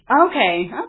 okay